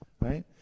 right